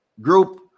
group